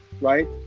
right